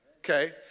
Okay